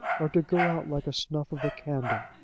or to go out like a snuff of a candle.